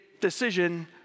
decision